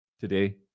today